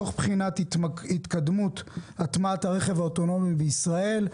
תוך בחינת התקדמות הטמעת הרכב האוטונומי בישראל.